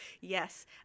Yes